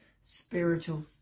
spiritual